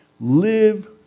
live